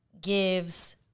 gives